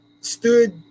stood